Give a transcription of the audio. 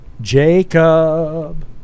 jacob